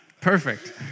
Perfect